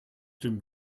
dem